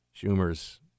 Schumer's